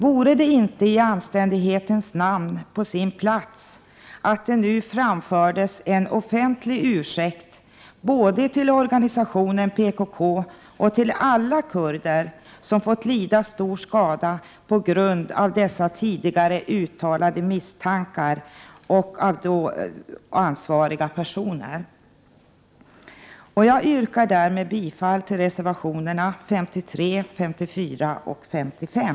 Vore det inte i anständighetens namn på sin plats att det nu framfördes en offentlig ursäkt både till organisationen PKK och till alla kurder som fått lida stor skada på grund av dessa tidigare uttalade misstankar av då ansvariga personer? Jag yrkar därmed bifall till reservationerna 53, 54 och 55.